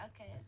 okay